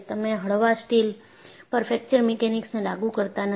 તમે હળવા સ્ટીલ પર ફ્રેક્ચર મિકેનિક્સને લાગુ કરતા નથી